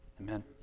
Amen